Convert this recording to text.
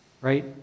right